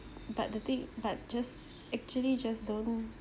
but the thing but just actually just don't